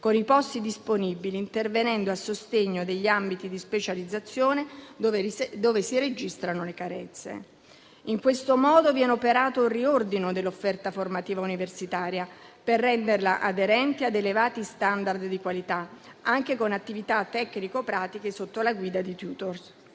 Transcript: con i posti disponibili, intervenendo a sostegno degli ambiti di specializzazione dove si registrano le carenze. In questo modo viene operato il riordino dell'offerta formativa universitaria per renderla aderente ad elevati *standard* di qualità, anche con attività tecnico-pratiche sotto la guida di *tutor*,